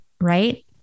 right